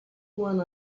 one